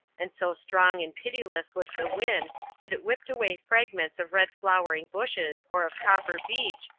and so strong and pitiless was the wind that it whipped away fragments of red-flowering bushes or of copper beech,